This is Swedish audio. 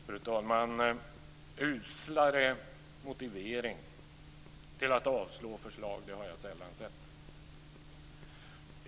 Fru talman! Uslare motivering till att avstyrka förslag har jag sällan sett.